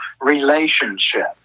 relationship